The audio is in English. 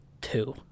two